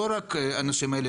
לא רק האנשים האלה,